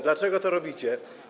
Dlaczego to robicie?